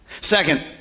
second